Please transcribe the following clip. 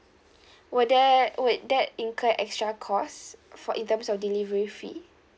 will there would that incur extra cost for in terms of delivery fee